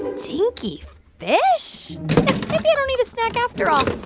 stinky fish? maybe i don't need a snack after all